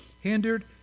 hindered